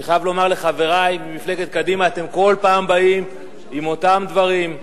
אני חייב לומר לחברי ממפלגת קדימה: אתם כל פעם באים עם אותם דברים,